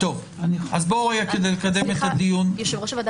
יושב-ראש הוועדה,